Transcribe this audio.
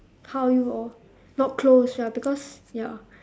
how are you orh not close ya because ya